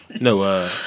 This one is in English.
No